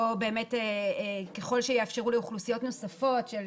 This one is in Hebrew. או ככל שיאפשרו לאוכלוסיות נוספות של